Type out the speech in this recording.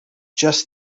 just